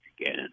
again